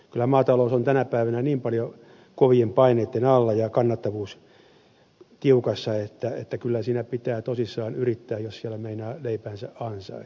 kyllä maatalous on tänä päivänä niin paljon kovien paineitten alla ja kannattavuus tiukassa että kyllä siinä pitää tosissaan yrittää jos siellä meinaa leipänsä ansaita